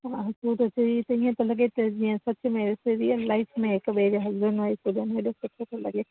हा हू चयईं त ईअं पियो लॻे जीअं सच में रीअल लाइफ़ में हिकु ॿिए जे हस्बेंड वाईफ़ लॻनि हेॾो सुठो थो लॻे